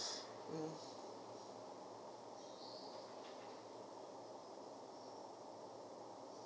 mmhmm